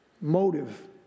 Motive